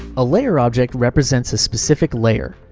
a layer object represents a specific layer,